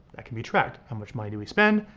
that can be tracked. how much money do we spend?